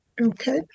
Okay